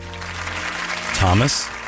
Thomas